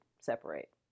separate